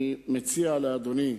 אני מציע לאדוני,